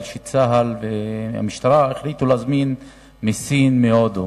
שצה"ל והמשטרה החליטו להזמין מסין ומהודו.